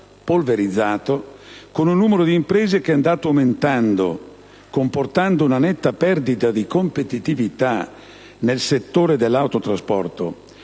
polverizzato, con un numero di imprese che è andato aumentando, comportando una netta perdita di competitività del settore soprattutto